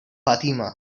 fatima